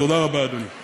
תודה רבה, אדוני.